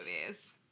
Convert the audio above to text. movies